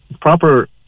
proper